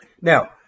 Now